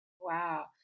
Wow